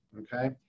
okay